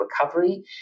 recovery